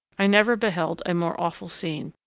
i never beheld a more awful scene.